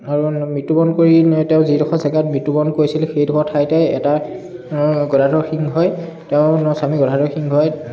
আৰু মৃত্যুবৰণ কৰি তেওঁ যিডখৰ জেগাত মৃত্যুবৰণ কৰিছিল সেইডখৰ ঠাইতে এটা গদাধৰ সিংহই তেওঁৰ স্বামী গদাধৰ সিংহই